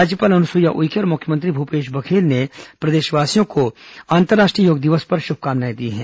राज्यपाल अनुसुईया उइके और मुख्यमंत्री भूपेश बघेल ने प्रदेशवासियों को अंतर्राष्ट्रीय योग दिवस की शुभकामनाएं दी हैं